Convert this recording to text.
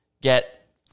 get